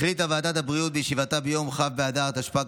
החליטה ועדת הבריאות בישיבתה ביום כ' באדר התשפ"ג,